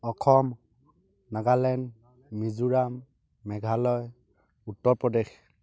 Assam Nagaland Mizoram Meghalaya Uttar Pradesh